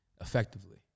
Effectively